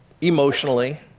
emotionally